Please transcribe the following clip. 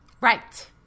Right